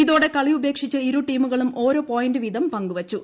ഇതോടെ കളി ഉപേ ക്ഷിച്ച് ഇരു ടീമുകളും ഓരോ പോയിന്റ് വീതം പങ്കുവെച്ചു